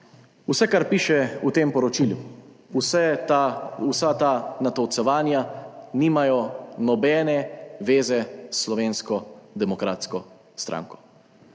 Vse, kar piše v tem poročilu, vsa ta natolcevanja nimajo nobene zveze s Slovensko demokratsko stranko.